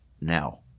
now